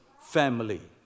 family